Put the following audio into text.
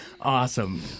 Awesome